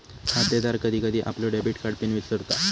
खातेदार कधी कधी आपलो डेबिट कार्ड पिन विसरता